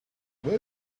where